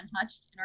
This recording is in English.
untouched